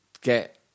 get